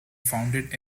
founded